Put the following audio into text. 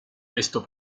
esto